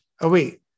away